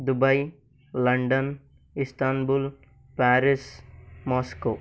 Dubai London Istanbul Paris Moscow